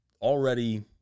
already